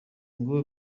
ngo